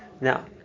Now